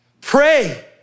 Pray